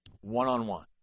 One-on-one